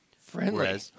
Friendly